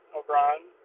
O'Brien